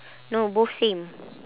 no both same